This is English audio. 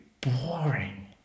boring